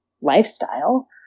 lifestyle